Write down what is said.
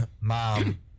Mom